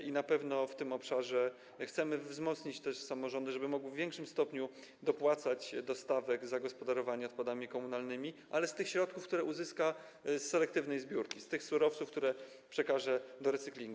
I na pewno w tym obszarze chcemy wzmocnić też samorządy, żeby mogły w większym stopniu dopłacać do stawek zagospodarowania odpadów komunalnych, ale z tych środków, które uzyskają z selektywnej zbiórki, z tych surowców, które przekażą do recyklingu.